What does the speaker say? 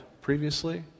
previously